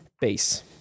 base